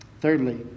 thirdly